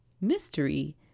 mystery